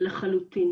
לחלוטין.